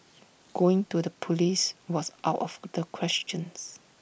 going to the Police was out of the questions